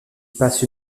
passe